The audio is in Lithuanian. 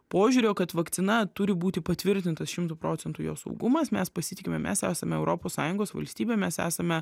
požiūrio kad vakcina turi būti patvirtintas šimtu procentų jos saugumas mes pasitikime mes esame europos sąjungos valstybė mes esame